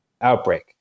outbreak